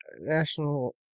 national